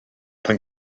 pan